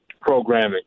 programming